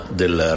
del